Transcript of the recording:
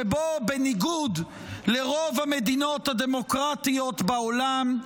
שבו בניגוד לרוב המדינות הדמוקרטיות בעולם,